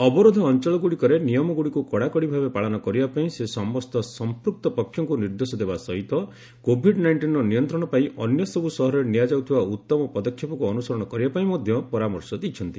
ଅବରୋଧ ଅଞ୍ଚଳଗୁଡ଼ିକରେ ନିୟମଗୁଡ଼ିକୁ କଡ଼ାକଡ଼ି ଭାବେ ପାଳନ କରିବା ପାଇଁ ସେ ସମସ୍ତ ସଂପୂକ୍ତ ପକ୍ଷଙ୍କୁ ନିର୍ଦ୍ଦେଶ ଦେବା ସହିତ କୋଭିଡ୍ ନାଇଷ୍ଟିନ୍ର ନିୟନ୍ତ୍ରଣ ପାଇଁ ଅନ୍ୟ ସବୁ ସହରରେ ନିଆଯାଉଥିବା ଉତ୍ତମ ପଦକ୍ଷେପକୁ ଅନୁସରଣ କରିବା ପାଇଁ ମଧ୍ୟ ପରାମର୍ଶ ଦେଇଛନ୍ତି